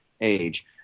age